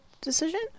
decision